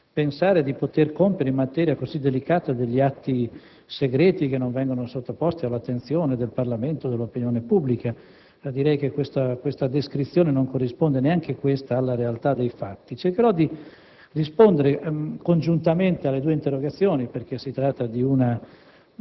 pensare di poter compiere in una materia così delicata degli atti segreti che non vengono sottoposti all'attenzione del Parlamento e dell'opinione pubblica; direi, tuttavia, che questa descrizione non corrisponde alla realtà dei fatti. Cercherò di rispondere congiuntamente alle due interpellanze perché si tratta di